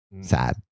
Sad